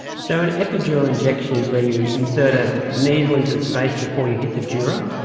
so an epidural injection is where you insert ah needle into the space before you hit the dura.